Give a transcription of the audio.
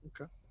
Okay